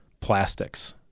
plastics